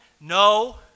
No